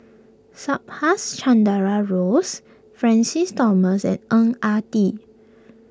Subhas Chandra Rose Francis Thomas and Ang Ah Tee